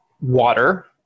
water